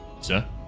Sir